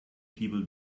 people